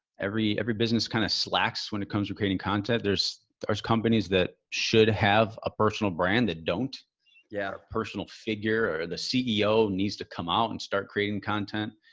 every every business kind of slacks when it comes to creating content there's there's companies that should have a personal brand that don't yeah. personal figure or the ceo needs to come out and start creating content.